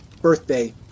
birthday